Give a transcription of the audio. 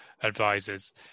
advisors